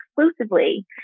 exclusively